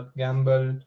gamble